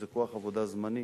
שזה כוח עבודה זמני,